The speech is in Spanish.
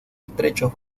estrechos